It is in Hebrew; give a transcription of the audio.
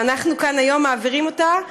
ואנחנו כאן היום מעבירים אותה.